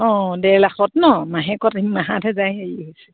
অঁ ডেৰ লাখত নহ্ মাহেকত সাত হেজাৰ হেৰি হৈছে